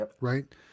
right